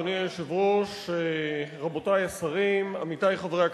אדוני היושב-ראש, רבותי השרים, עמיתי חברי הכנסת,